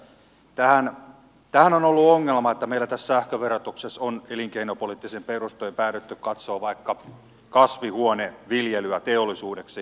tämähän on ollut ongelma että meillä tässä sähköverotuksessa on elinkeinopoliittisin perustein päädytty katsomaan vaikka kasvihuoneviljelyä teollisuudeksi